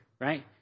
right